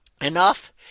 enough